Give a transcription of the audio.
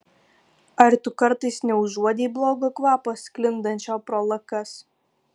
ar tu kartais neužuodei blogo kvapo sklindančio pro lakas